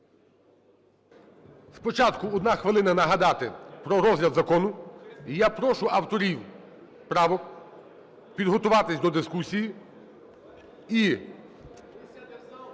Спочатку одна хвилина – нагадати про розгляд закону. І я прошу авторів правок підготуватися до дискусії,